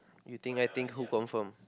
you think I think who confirm